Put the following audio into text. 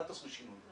אל תעשו שינוי,